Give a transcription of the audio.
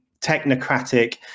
technocratic